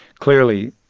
clearly,